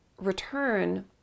return